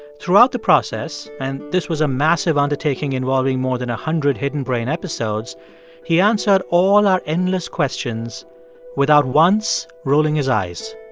throughout the process and this was a massive undertaking involving more than one hundred hidden brain episodes he answered all our endless questions without once rolling his eyes.